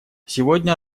сегодня